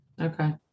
Okay